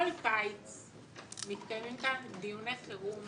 כל קיץ מתקיימים כאן דיוני חרום